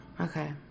Okay